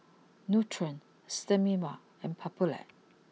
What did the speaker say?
Nutren Sterimar and Papulex